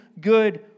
good